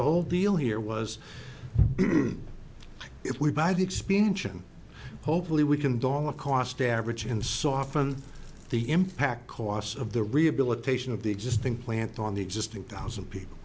the whole deal here was if we buy the expansion hopefully we can dollar cost average in soften the impact costs of the rehabilitation of the existing plant on the existing two thousand people